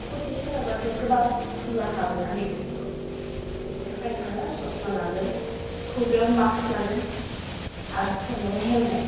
scooty सालायब्लाथ' गोबां थुला हाबोना मेगनफोराव बेनि थाखाय आङो ससमा लागोन खुगायाव माक्स लागोन आरो खर'आव हेलमेट